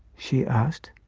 she asked.